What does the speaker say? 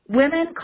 women